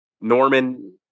Norman